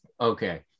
okay